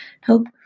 help